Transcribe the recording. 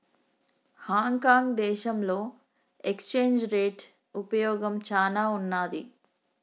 Hong Kong దేశంలో exchange rate ఉపయోగం చానా ఉన్నాది